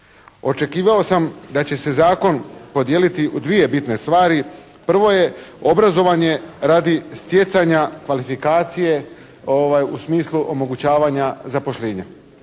Očekivao sam da će se Zakon podijeliti u dvije bitne stvari. Prvo je obrazovanje radi stjecanja kvalifikacije u smislu omogućavanja zapošljenja.